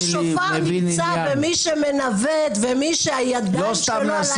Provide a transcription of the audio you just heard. הרי השופר נמצא במי שמנווט ומי שהידיים שלו על ההגה.